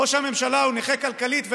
ראש הממשלה הוא נכה כלכלית,